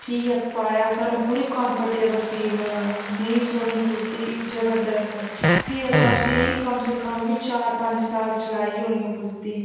ठीक ऐ पाया सानूं पूरी कांफटेबल फील होएआ नेही सोह्नी कुर्ती जबरदस्त फ्ही असें उसी कम से कम बी चार पंज साल चलाई होनी ओह् कुर्ती